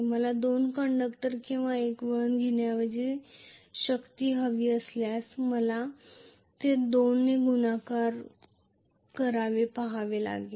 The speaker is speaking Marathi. मला दोन कंडक्टर किंवा एक वळण घेण्याऐवजी सक्ती हवी असल्यास मला हे 2 ने गुणाकार करावे लागेल